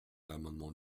l’amendement